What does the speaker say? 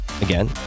again